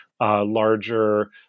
larger